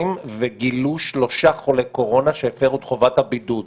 וגילו שלושה חולי קורונה שהפרו את חובת הבידוד.